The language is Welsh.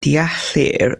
deallir